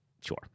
sure